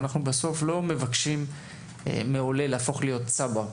בסוף אנחנו לא מבקשים מעולה להפוך להיות צבר.